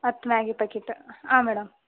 ಹತ್ತು Maggi packet ಹಾಂ madam